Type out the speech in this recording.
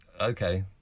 okay